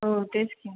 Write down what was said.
हो तेच की